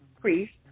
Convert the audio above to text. priest